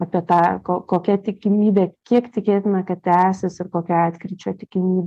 apie tą ko kokia tikimybė kiek tikėtina kad tęsis ir kokia atkryčio tikimybė